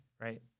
right